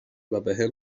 وبهم